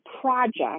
project